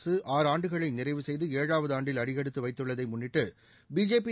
அரசு ஆறு ஆண்டுகளை நிறைவு செய்து ஏழாவது ஆண்டில் அடியெடுத்து வைத்துள்ளதை முன்னிட்டு பிஜேபி